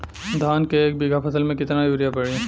धान के एक बिघा फसल मे कितना यूरिया पड़ी?